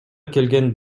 келген